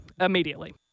immediately